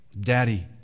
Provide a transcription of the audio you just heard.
Daddy